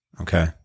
Okay